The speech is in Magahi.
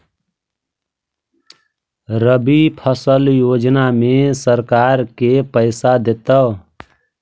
रबि फसल योजना में सरकार के पैसा देतै?